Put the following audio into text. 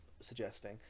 suggesting